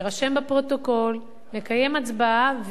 יירשם בפרוטוקול, נקיים ההצבעה.